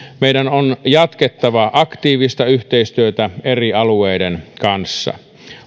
meidän on jatkettava aktiivista yhteistyötä eri alueiden kanssa